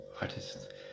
artist